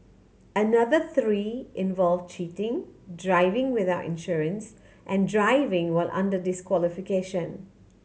another three involve cheating driving without insurance and driving while under disqualification